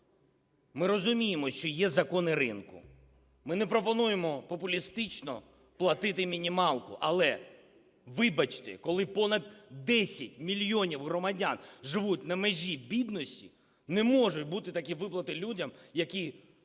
Ми розуміємо, що є закони ринку. Ми не пропонуємо популістично платити мінімалку. Але, вибачте, коли понад 10 мільйонів громадян живуть на межі бідності, не можуть бути такі виплати людям, які,